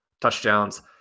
touchdowns